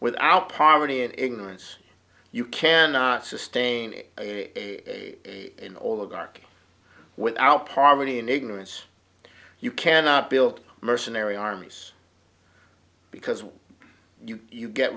without poverty and ignorance you cannot sustain a in all of dark without poverty and ignorance you cannot build a mercenary armies because you you get